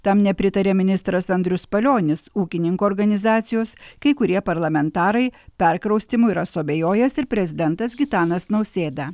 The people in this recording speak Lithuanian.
tam nepritarė ministras andrius palionis ūkininkų organizacijos kai kurie parlamentarai perkraustymu yra suabejojęs ir prezidentas gitanas nausėda